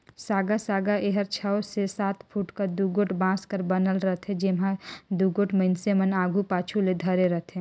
साँगा साँगा एहर छव ले सात फुट कर दुगोट बांस कर बनल रहथे, जेम्हा दुगोट मइनसे मन आघु पाछू ले धरे रहथे